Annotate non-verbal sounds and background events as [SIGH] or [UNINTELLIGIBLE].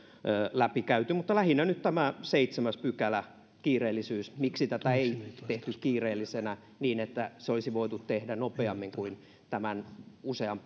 läpikäyty mutta lähinnä nyt tämä seitsemäs pykälä kiireellisyys miksi tätä ei tehty kiireellisenä niin että se olisi voitu tehdä nopeammin kuin usean [UNINTELLIGIBLE]